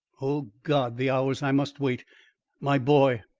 o god! the hours i must wait my boy!